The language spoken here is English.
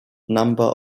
number